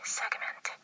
segment